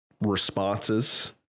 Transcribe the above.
responses